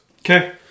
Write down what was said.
Okay